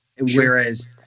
Whereas